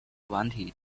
软体